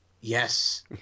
yes